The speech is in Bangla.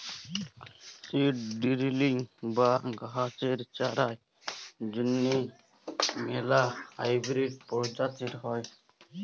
সিড ডিরিলিং বা গাহাচের চারার জ্যনহে ম্যালা হাইবিরিড পরজাতি হ্যয়